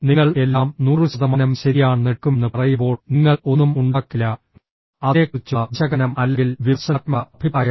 നിങ്ങൾ എല്ലാം 100 ശതമാനം ശരിയാണെന്ന് എടുക്കുമെന്ന് പറയുമ്പോൾ നിങ്ങൾ ഒന്നും ഉണ്ടാക്കില്ല അതിനെക്കുറിച്ചുള്ള വിശകലനം അല്ലെങ്കിൽ വിമർശനാത്മക അഭിപ്രായം